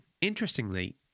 interestingly